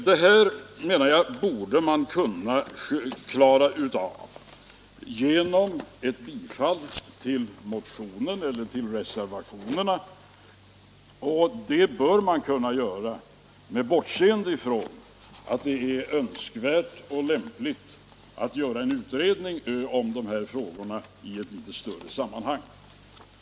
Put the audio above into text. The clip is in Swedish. Det här borde man kunna klara av genom ett bifall till motionen eller till reservationerna, och man bör kunna bifalla dem med bortseende från att det är önskvärt och lämpligt att göra en utredning om dessa frågor i ett litet större sammanhang.